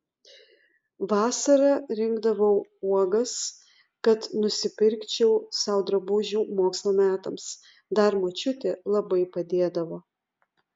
vasara rinkdavau uogas kad nusipirkčiau sau drabužių mokslo metams dar močiutė labai padėdavo